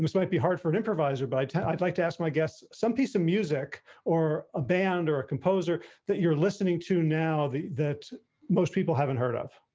might be hard for an improviser by time, i'd like to ask my guests some piece of music or a band or a composer that you're listening to now that most people haven't heard of.